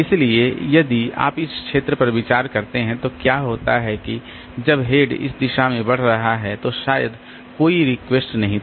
इसलिए यदि आप इस क्षेत्र पर विचार करते हैं तो क्या होता है कि जब हेड इस दिशा में बढ़ रहा था तो शायद कोई रिक्वेस्ट नहीं आया था